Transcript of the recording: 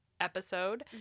episode